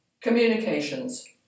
Communications